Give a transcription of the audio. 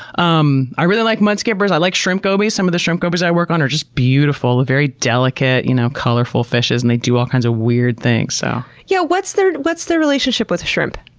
um i really like mudskippers. i like shrimp gobies. some of the shrimp gobies i work on are just beautiful. very delicate, you know colorful fishes and they do all kinds of weird things. so yeah what's their what's their relationship with shrimp?